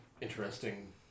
interesting